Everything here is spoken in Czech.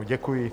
Děkuji.